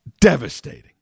devastating